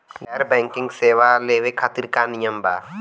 गैर बैंकिंग सेवा लेवे खातिर का नियम बा?